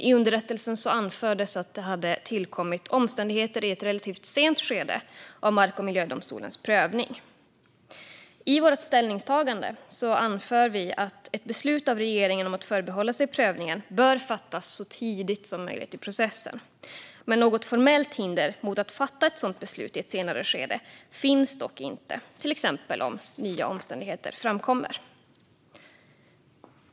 I underrättelsen anfördes att det hade tillkommit omständigheter i ett relativt sent skede av mark och miljödomstolens prövning. I utskottets ställningstagande anför vi att ett beslut av regeringen om att förbehålla sig prövningen bör fattas så tidigt som möjligt i processen. Men något formellt hinder mot att fatta ett sådant beslut i ett senare skede finns dock inte, till exempel om nya omständigheter framkommer.